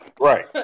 Right